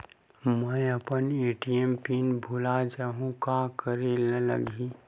मैं अपन ATM PIN भुला जहु का करे ला लगही?